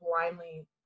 blindly